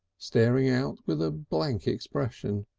staring out with a blank expression.